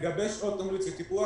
לגבי שעות תמריץ וטיפוח,